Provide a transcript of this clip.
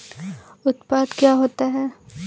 उत्पाद क्या होता है?